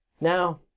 now